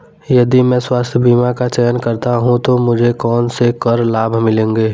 यदि मैं स्वास्थ्य बीमा का चयन करता हूँ तो मुझे कौन से कर लाभ मिलेंगे?